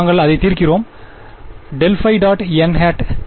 நாங்கள் அதை தீர்க்கிறோம் ∇ϕ · n